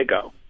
go